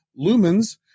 Lumens